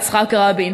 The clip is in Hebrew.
יצחק רבין,